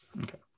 Okay